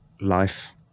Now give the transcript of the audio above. life